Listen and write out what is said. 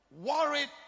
worried